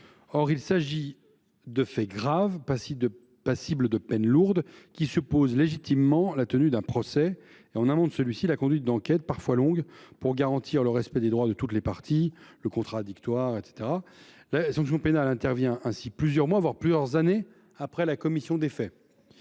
Or il s’agit de faits graves et passibles de peines lourdes, qui supposent, légitimement, la tenue d’un procès et, en amont de celui ci, la conduite d’une enquête, parfois longue, pour garantir le respect des droits de toutes les parties – notamment le principe du contradictoire. La sanction pénale intervient ainsi plusieurs mois, voire plusieurs années, après la commission des faits.